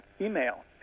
email